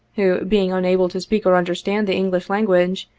who, being unable to speak or understand the english language,